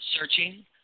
searching